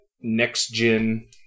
next-gen